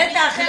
בטח,